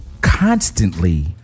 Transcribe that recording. constantly